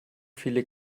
viele